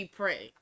pray